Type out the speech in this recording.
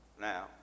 Now